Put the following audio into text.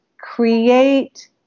create